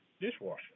dishwasher